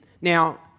Now